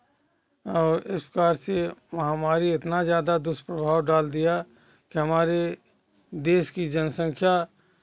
और इस प्रकार से महामारी इतना ज़्यादा दुष्प्रभाव डाल दिया कि हमारे देश की जनसंख्या